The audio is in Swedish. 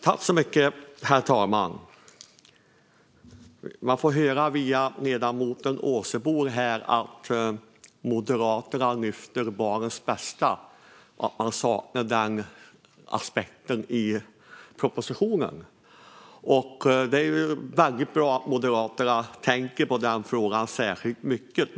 Herr talman! Man får via ledamoten Åsebol höra här att Moderaterna lyfter fram barnens bästa och att de saknar den aspekten i propositionen. Det är ju väldigt bra att Moderaterna tänker på den frågan särskilt mycket.